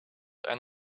and